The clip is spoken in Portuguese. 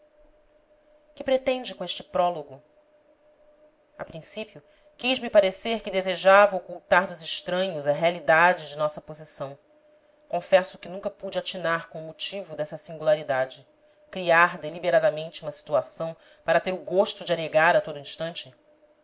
que pretende com este prólogo a princípio quis me parecer que desejava ocultar dos estranhos a realidade de nossa posição confesso que nunca pude atinar com o motivo dessa singularidade criar delibe ra da mente uma situação para ter o gosto de a negar a todo ins tante